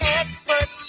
expert